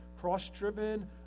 cross-driven